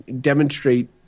demonstrate